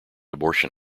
abortion